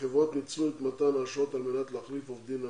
שהחברות ניצלו את מתן האשרות על מנת להחליף עובדים אמריקאים.